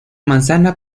manzana